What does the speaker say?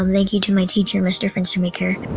like you to my teacher, mr. fenstermaker.